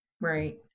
Right